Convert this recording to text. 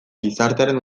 gizartearen